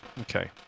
Okay